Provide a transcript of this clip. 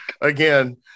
again